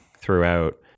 throughout